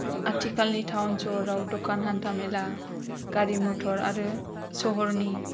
आथिखालनि टाउन सहराव दखान हान्था मेला गारि मथर आरो सहरनि